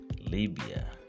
Libya